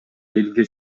элге